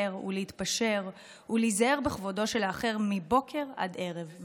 ולהתפשר ולהיזהר בכבודו של האחר מבוקר עד ערב.